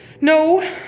No